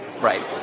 Right